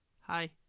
hi